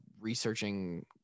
researching